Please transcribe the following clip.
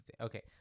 okay